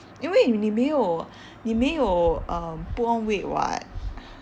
因为你没有你没有 um put on weight [what]